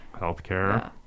Healthcare